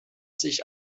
sich